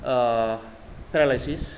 ओ पेरालायसिस